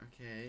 okay